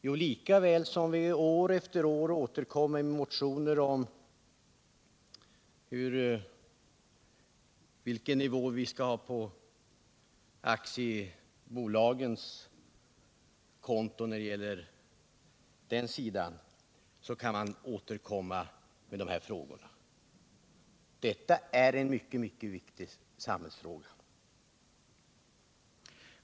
Jo, lika väl som vi år efter år återkommer med motioner om lägsta aktiekapital, så kan vi återkomma med dessa frågor. Detta är en mycket viktig samhällsfråga.